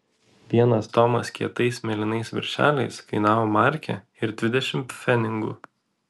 vienas tomas kietais mėlynais viršeliais kainavo markę ir dvidešimt pfenigų